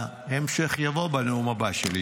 המשך יבוא בנאום הבא שלי.